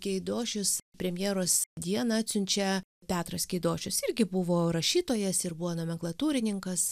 keidošius premjeros dieną atsiunčia petras keidošius irgi buvo rašytojas ir buvo nomenklatūrininkas